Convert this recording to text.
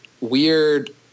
weird